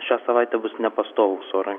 šią savaitę bus nepastovūs orai